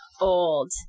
old